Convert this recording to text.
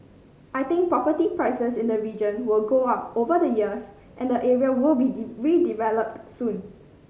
I think property prices in the region will go up over the years and the area will be redeveloped soon